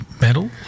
metal